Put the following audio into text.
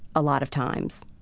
a lot of times.